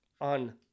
on